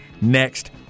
next